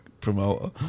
promoter